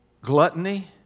gluttony